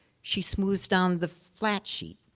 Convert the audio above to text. she smoothes down the flat sheet.